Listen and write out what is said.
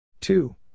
Two